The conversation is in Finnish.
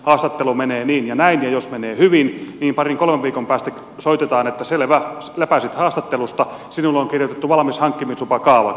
haastattelu menee niin ja näin ja jos menee hyvin niin parin kolmen viikon päästä soitetaan että selvä läpäisit haastattelun sinulle on kirjoitettu valmis hankkimislupakaavake